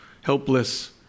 helpless